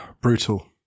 Brutal